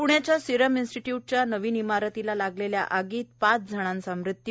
पण्याच्या serum इंन्स्टीट्युटच्या नवीन इमारतीला लागलेल्या आगीत पाच जणांचा मृत्यू